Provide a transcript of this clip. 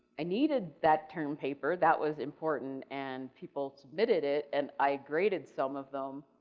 i needed that term paper, that was important and people submitted it and i graded some of them.